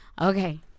okay